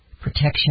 protection